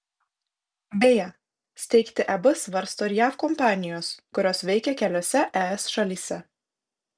beje steigti eb svarsto ir jav kompanijos kurios veikia keliose es šalyse